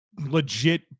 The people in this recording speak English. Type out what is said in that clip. legit